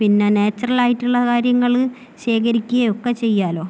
പിന്നെ നാച്ചുറൽ ആയിട്ടുള്ള കാര്യങ്ങൾ ശേഖരിക്കുകയൊക്കെ ചെയ്യാമല്ലോ